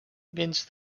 vents